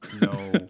No